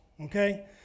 okay